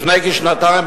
לפני כשנתיים,